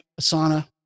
Asana